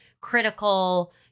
critical